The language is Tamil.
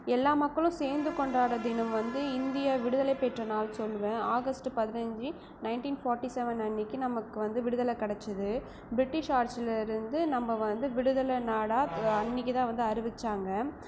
எல்லா மக்களும் சேர்ந்து கொண்டாடுறது வந்து இந்திய விடுதலை பெற்ற நாள் சொல்லுவேன் ஆகஸ்ட் பதினைஞ்சு நைன்டீன் ஃபாட்டி செவன் அன்றைக்கி நமக்கு வந்து விடுதலை கிடச்சிது பிரிட்டிஷ் ஆட்சிலேருந்து நம்ம வந்து விடுதலை நாடாக அன்றைக்குதான் வந்து அறிவித்தாங்க